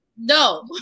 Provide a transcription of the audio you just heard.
No